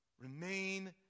Remain